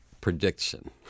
prediction